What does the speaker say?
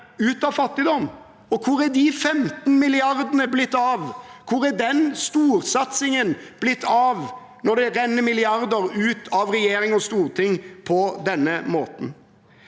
ut av fattigdom. Og hvor er de 15 milliardene blitt av? Hvor er den storsatsingen blitt av når det renner milliarder ut av regjering og storting på denne måten?